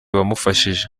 wamufashije